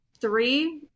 three